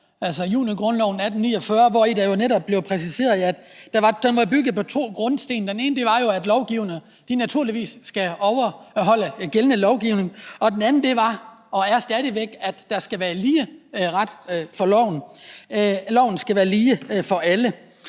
altså junigrundloven af 1849, hvori det jo netop blev præciseret, at den var bygget på to grundstene. Den ene var jo, at lovgiverne naturligvis skal overholde gældende lovgivning; og den anden var og er stadig væk, at alle skal være lige for loven. Der har jeg bemærket,